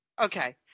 Okay